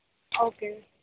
okay